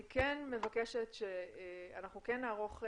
אני כן מבקשת שאנחנו נערוך,